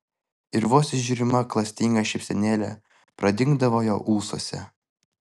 ir vos įžiūrima klastinga šypsenėlė pradingdavo jo ūsuose